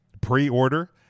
pre-order